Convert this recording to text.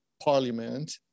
parliament